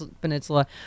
peninsula